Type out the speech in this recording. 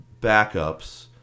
backups